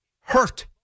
hurt